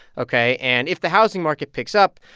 ok? and if the housing market picks up,